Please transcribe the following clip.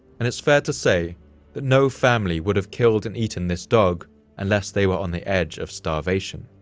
and it's fair to say that no family would have killed and eaten this dog unless they were on the edge of starvation.